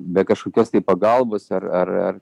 be kažkokios tai pagalbos ar ar ar